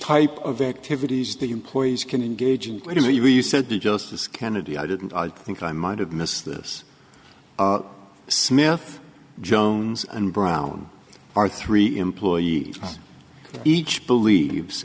type of activities the employees can engage and what are you you said the justice kennedy i didn't think i might have missed this smith jones and brown are three employees each believes